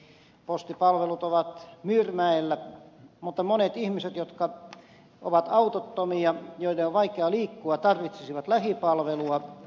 postipalvelut ovat myyrmäellä mutta monet ihmiset jotka ovat autottomia joiden on vaikea liikkua tarvitsisivat lähipalvelua